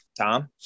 Tom